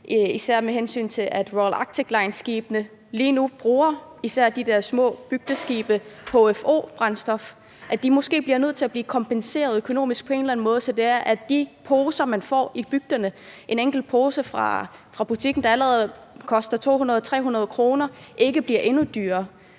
især ude i bygderne, hvor Royal Arctic Line-skibene, især de der små bygdeskibe, lige nu bruger hfo-brændstof, bliver de måske nødt til at blive kompenseret økonomisk på en eller anden måde, så det er, at de poser, man får i bygderne, hvor en enkelt pose fra butikken allerede koster 200-300 kr., ikke bliver endnu dyrere.